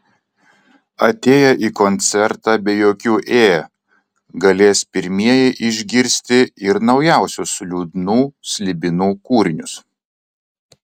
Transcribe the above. atėję į koncertą be jokių ė galės pirmieji išgirsti ir naujausius liūdnų slibinų kūrinius